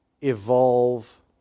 evolve